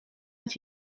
het